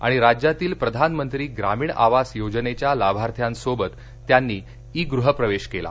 आणि राज्यातील प्रधानमंत्री ग्रामीण आवास योजनेच्या लाभार्थ्यांसोबत त्यांनी ई गृहप्रवेश केला